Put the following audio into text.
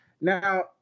Now